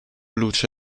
luce